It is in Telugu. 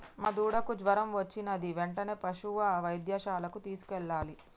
మా దూడకు జ్వరం వచ్చినది వెంటనే పసుపు వైద్యశాలకు తీసుకెళ్లాలి